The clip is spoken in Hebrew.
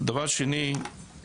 דבר שני,